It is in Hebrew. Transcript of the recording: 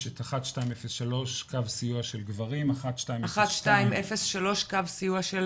יש את 1203 קו סיוע של גברים, 1202 קו סיוע של